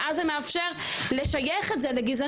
ואז זה מאפשר לשייך את זה לגזענות.